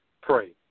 pray